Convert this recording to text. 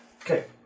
Okay